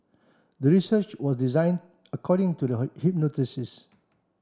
the research was designed according to the hypothesis